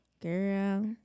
Girl